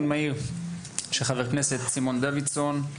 מהיר של חברי הכנסת: סימון דוידסון,